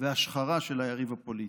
והשחרה של היריב הפוליטי.